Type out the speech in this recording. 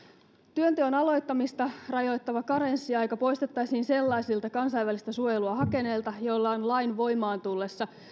työnteon aloittamista rajoittava karenssiaika poistettaisiin sellaisilta kansainvälistä suojelua hakeneilta joilla on lain voimaan tullessa